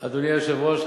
אדוני היושב-ראש,